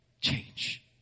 change